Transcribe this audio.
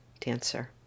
dancer